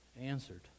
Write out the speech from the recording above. answered